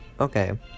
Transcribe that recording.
Okay